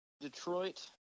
Detroit